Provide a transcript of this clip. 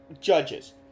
judges